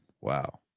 Wow